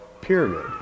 Pyramid